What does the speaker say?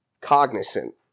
cognizant